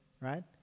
Right